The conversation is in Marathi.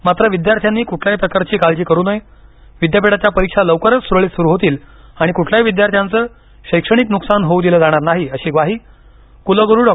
मात्र विद्यार्थ्यांनी कुठल्याही प्रकारची काळजी करू नये विद्यापीठाच्या परीक्षा लवकरच सुरळीत सुरु होतील आणि कुठल्याही विद्यार्थ्यांचं शैक्षणिक नुकसान होऊ दिलं जाणार नाही अशी ग्वाही कुलगुरू डॉ